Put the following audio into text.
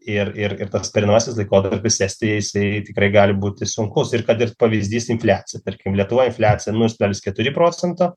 ir ir ir tas pereinamasis laikotarpis estijai jisai tikrai gali būti sunkus ir kad ir pavyzdys infliacija tarkim lietuvoj infliacija nulis kablelis keturi procento